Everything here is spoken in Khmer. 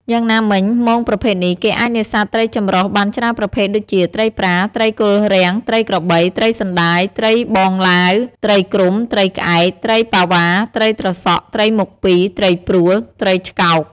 យ៉ាងណាមិញ មងប្រភេទនេះ គេអាចនេសាទត្រីចម្រុះបានច្រើនប្រភេទ ដូចជា ត្រីប្រា ត្រីគល់រាំង ត្រីក្របី ត្រីសណ្តាយត្រីបងឡាវ ត្រីគ្រុំ ត្រីក្អែក ត្រីប៉ាវ៉ាត្រីត្រសក់ ត្រីមុខពីរ ត្រីព្រួល ត្រីឆ្កោក ។